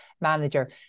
manager